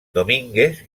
domínguez